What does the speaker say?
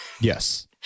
Yes